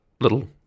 little